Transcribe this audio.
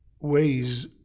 ways